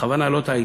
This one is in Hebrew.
בכוונה, לא טעיתי.